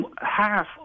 half